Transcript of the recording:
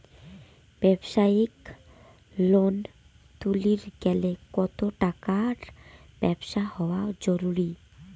ব্যবসায়িক লোন তুলির গেলে কতো টাকার ব্যবসা হওয়া জরুরি?